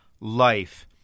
life